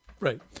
Right